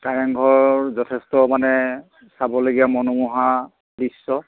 কাৰেংঘৰ যথেষ্ট মানে চাবলগীয়া মনোমোহা দৃশ্য